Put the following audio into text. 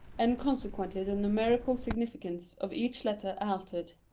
and conse quently the numerical significance of each letter altered.